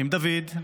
עם דוד,